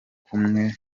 kumwe